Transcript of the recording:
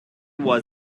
was